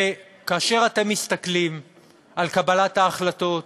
וכאשר אתם מסתכלים על קבלת ההחלטות,